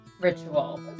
ritual